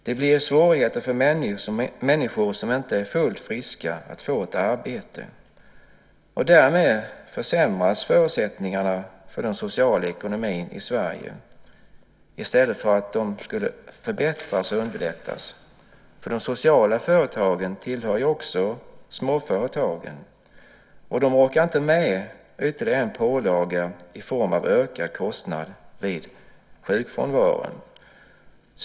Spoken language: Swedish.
Det blir svårigheter för människor som inte är fullt friska att få ett arbete, och därmed försämras förutsättningarna för den sociala ekonomin i Sverige i stället för att förbättras och underlättas. De sociala företagen tillhör ju också småföretagen. De orkar inte med ytterligare en pålaga i form av ökad kostnad vid sjukfrånvaro.